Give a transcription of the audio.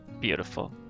beautiful